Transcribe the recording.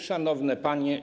Szanowne Panie!